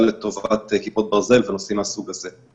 לטובת כיפות ברזל ונושאים מהסוג הזה.